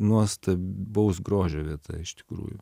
nuostabaus grožio vieta iš tikrųjų